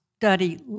study